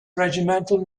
regimental